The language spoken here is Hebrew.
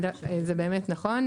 זה באמת נכון.